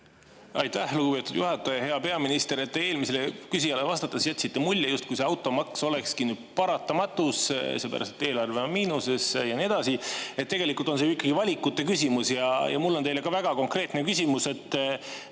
Aitäh, lugupeetud juhataja! Hea peaminister! Eelmisele küsijale vastates jätsite mulje, justkui automaks olekski nüüd paratamatus seepärast, et eelarve on miinuses ja nii edasi. Tegelikult on see ju ikkagi valikute küsimus. Mul on teile väga konkreetne küsimus: